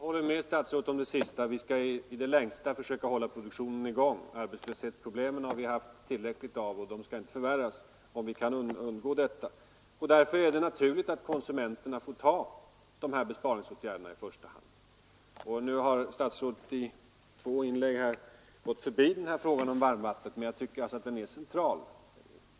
Herr talman! Jag håller med om det sista: vi skall i det längsta försöka hålla produktionen i gång. Arbetslöshetsproblem har vi haft tillräckligt av, och de bör inte förvärras om vi kan undgå detta. Därför är det naturligt att konsumenterna får ta dessa besparingsåtgärder i första hand. Nu har statsrådet i två inlägg gått förbi frågan om varmvattnet, som jag tycker är central.